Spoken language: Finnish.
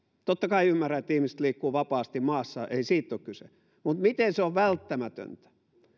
totta kai ymmärrän että ihmiset liikkuvat vapaasti maassa ei siitä ole kyse mutta miten se on välttämätöntä